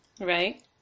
Right